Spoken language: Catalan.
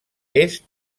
est